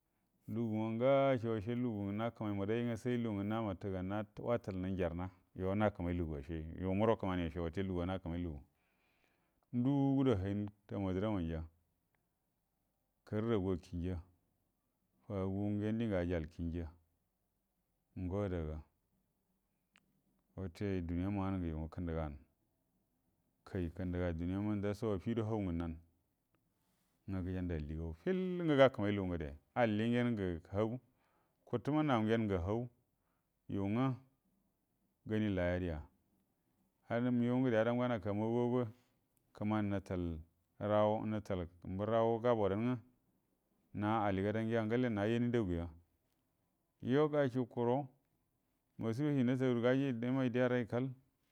Luguwa nga'ashe ashe lugu ngə nakə mai mbədai ngə sai lugu ngə namatə ga-nat-watalnə njarha yo nakəmai ashe yomuro kəmani ashe wute luguwa hakəmai lugu nduugudo hayin tamo dəramanja karragua kinja fagu ngen dingə ayiyal kinja ngo adaga wute duniyama wahungə yumu kəndəgaan kai kəndəga duniyama ndaso affido hau ngə nanə nga gəjandə alliagu fillə ngə gakəmai lugu ngə de alli ngen ngə hau kuttəma nau ngen ngə hau yu nga gani laya dəya haman migau ngəde adm ngana kamagn wage kəmani hətal rawe nətal burrago gabodanə nga na aligadanya ngalle na yanindaguya yo gashuku go masifa shi natagudə gaji imai deya rai kall